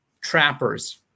trappers